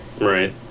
Right